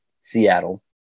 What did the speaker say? Seattle